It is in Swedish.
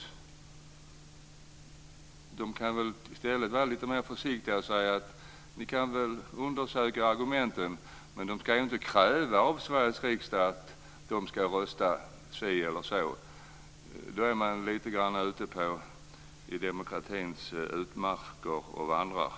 I stället kan de väl vara lite försiktiga och be oss undersöka argumenten. De ska inte kräva av ledamöterna i Sveriges riksdag att de ska rösta si eller så. Då är man lite grann ute i demokratins utmarker och vandrar.